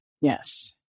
Yes